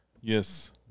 Yes